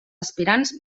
aspirants